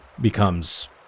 becomes